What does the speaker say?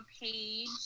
page